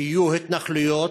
שיהיו התנחלויות,